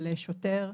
על שוטר,